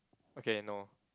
okay no